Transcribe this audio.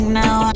now